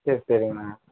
சரி சரிங்கண்ணா